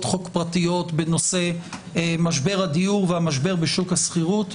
חוק פרטיות בנושא משבר הדיור והמשבר בשוק השכירות.